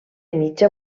mitja